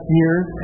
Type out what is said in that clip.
years